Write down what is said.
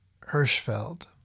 Hirschfeld